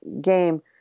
game